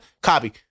Copy